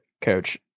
coach